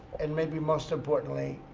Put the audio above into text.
and maybe most importantly,